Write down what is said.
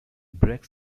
breaks